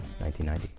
1990